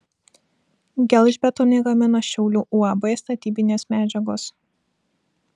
gelžbetonį gamina šiaulių uab statybinės medžiagos